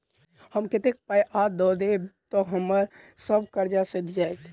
हम कतेक पाई आ दऽ देब तऽ हम्मर सब कर्जा सैध जाइत?